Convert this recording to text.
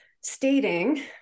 stating